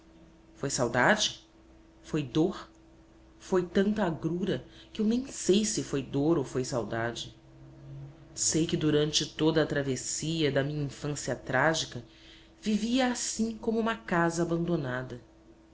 foi saudade foi dor foi tanta agrura que eu nem sei se foi dor ou foi saudade sei que durante toda a travessia da minha infância trágica vivia assim como uma casa abandonada